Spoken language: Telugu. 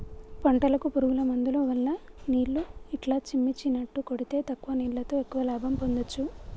పంటలకు పురుగుల మందులు మల్ల నీళ్లు ఇట్లా చిమ్మిచినట్టు కొడితే తక్కువ నీళ్లతో ఎక్కువ లాభం పొందొచ్చు